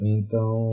Então